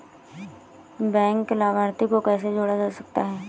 Bank लाभार्थी को कैसे जोड़ा जा सकता है?